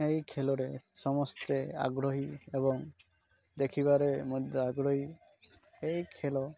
ଏହି ଖେଳରେ ସମସ୍ତେ ଆଗ୍ରହୀ ଏବଂ ଦେଖିବାରେ ମଧ୍ୟ ଆଗ୍ରହୀ ଏହି ଖେଳ